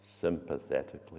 sympathetically